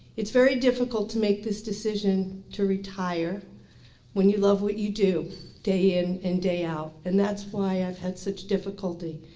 it's very difficult to make this decision to retire when you love what you do day in and day out and that's why i've had such difficulty.